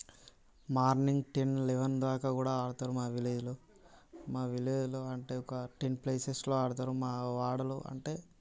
morning ten eleven దాకా కూడా ఆడతారు మా విలేజ్లో మా విలేజ్లో అంటే ఒక టెన్ ప్లేసెస్లో ఆడతారు మా వాడలో అంటే